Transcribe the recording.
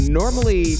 normally